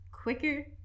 quicker